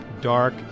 dark